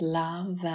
love